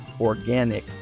organic